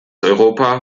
europa